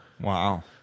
Wow